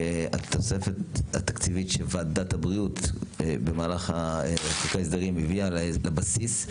התוספת התקציבית של ועדת הבריאות במהלך חוק ההסדרים הביאה לבסיס,